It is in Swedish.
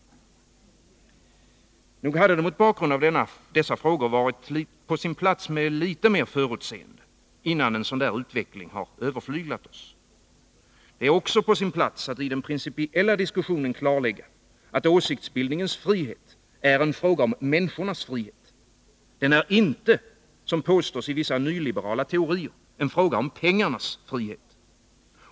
Nog hade det mot bakgrund av dessa frågor varit på sin plats med litet mer av förutseende innan en sådan utveckling överflyglat oss. Det är också på sin Vissa författnings plats att i den principiella diskussionen klarlägga att åsiktsbildningens frihet är en fråga om människornas frihet. Den är inte — som påstås i vissa nyliberala teorier — en fråga om pengarnas frihet.